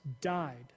died